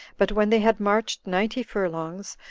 but when they had marched ninety furlongs,